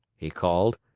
he called.